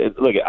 look